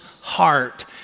heart